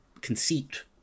conceit